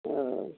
ହଁ